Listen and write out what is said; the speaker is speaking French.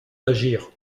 d’agir